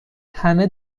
همه